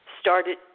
started